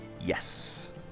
yes